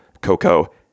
Coco